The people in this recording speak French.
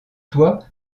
toit